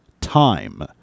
time